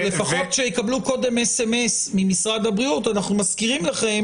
או שלפחות יקבלו קודם אסמס ממשרד הבריאות: אנחנו מזכירים לכם